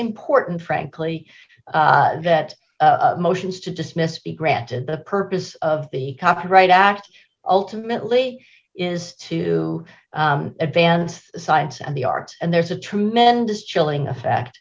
important frankly that motions to dismiss be granted the purpose of the copyright act ultimately is to advance science and the art and there's a tremendous chilling effect